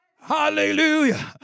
Hallelujah